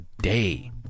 day